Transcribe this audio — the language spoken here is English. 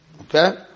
Okay